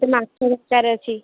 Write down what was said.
ମୋତେ ମାଛ ଦରକାର ଅଛି